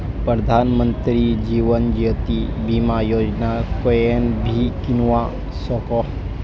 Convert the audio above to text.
प्रधानमंत्री जीवन ज्योति बीमा योजना कोएन भी किन्वा सकोह